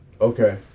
Okay